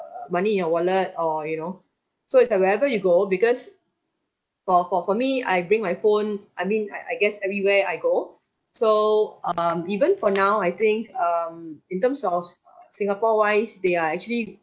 uh money in your wallet or you know so it's like wherever you go because for for for me I bring my phone I mean I I guess everywhere I go so um even for now I think um in terms of singapore wise they are actually